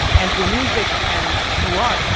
and through music and through art,